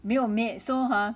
没有 maid so !huh!